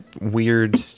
weird